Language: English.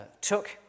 took